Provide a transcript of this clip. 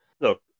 look